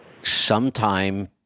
sometime